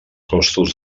costos